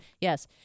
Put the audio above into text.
Yes